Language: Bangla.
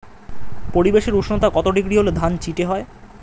পরিবেশের উষ্ণতা কত ডিগ্রি হলে ধান চিটে হয়?